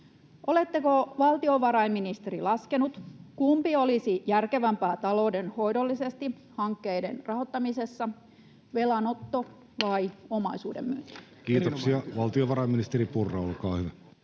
Oletteko, valtiovarainministeri, laskenut, kumpi olisi järkevämpää taloudenhoidollisesti hankkeiden rahoittamisessa, velanotto vai omaisuuden myynti? Kiitoksia. — Valtiovarainministeri Purra, olkaa hyvä.